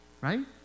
right